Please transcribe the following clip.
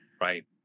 Right